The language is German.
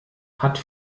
hat